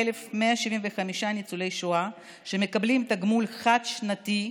51,175 ניצולי שואה שמקבלים תגמול חד-שנתי,